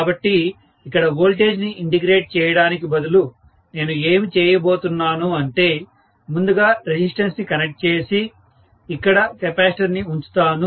కాబట్టి ఇక్కడ వోల్టేజ్ ని ఇంటెగ్రేట్ చేయడానికి బదులు నేను ఏమి చేయబోతున్నాను అంటే ముందుగా రెసిస్టెన్స్ ని కనెక్ట్ చేసి ఇక్కడ కెపాసిటర్ ని ఉంచుతాను